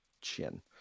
chin